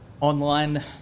online